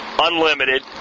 unlimited